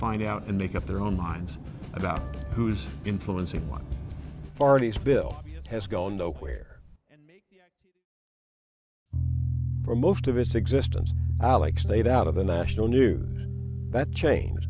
find out and make up their own minds about who's influencing one party's bill has gone nowhere for most of its existence like state out of the national news that change